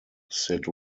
sit